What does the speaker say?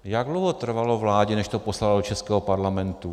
Jak dlouho trvalo vládě, než to poslala do českého Parlamentu?